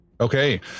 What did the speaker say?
Okay